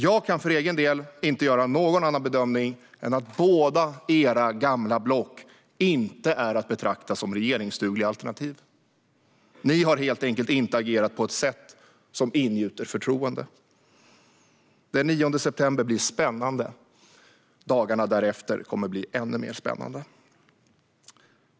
Jag kan för egen del inte göra någon annan bedömning än att inget av era gamla block är att betrakta som ett regeringsdugligt alternativ. Ni har helt enkelt inte agerat på ett sätt som ingjuter förtroende. Den 9 september blir spännande. Dagarna därefter kommer att bli ännu mer spännande.